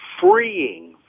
freeing